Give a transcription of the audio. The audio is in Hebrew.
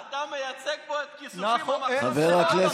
אתה מייצג פה כיסופים, המצב שלך,